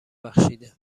بخشیده